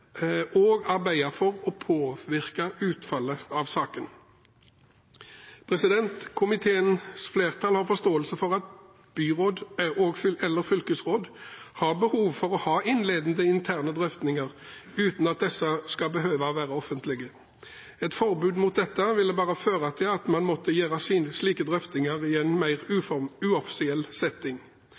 og arbeide for å påvirke utfallet av sakene. Komiteens flertall har forståelse for at byråd eller fylkesråd har behov for å ha innledende interne drøftinger uten at disse skal behøve å være offentlige. Et forbud mot dette ville bare føre til at man måtte gjøre slike drøftinger i en mer uoffisiell setting.